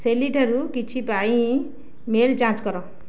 ସେଲି ଠାରୁ କିଛି ପାଇଁ ମେଲ୍ ଯାଞ୍ଚ କର